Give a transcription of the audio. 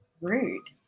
rude